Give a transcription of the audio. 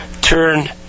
Turn